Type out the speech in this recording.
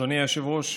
אדוני היושב-ראש,